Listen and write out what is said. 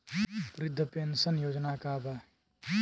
वृद्ध पेंशन योजना का बा?